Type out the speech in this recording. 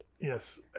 Yes